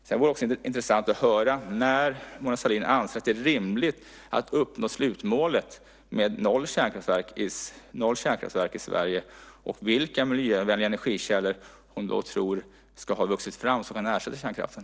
Det vore också intressant att höra när Mona Sahlin anser det vara rimligt att uppnå slutmålet noll kärnkraftverk i Sverige och vilka miljövänliga energikällor hon då tror har vuxit fram för att ersätta kärnkraften.